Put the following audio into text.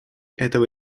этого